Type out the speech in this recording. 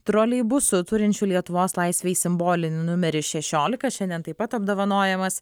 troleibusu turinčių lietuvos laisvei simbolinį numerį šešiolika šiandien taip pat apdovanojamas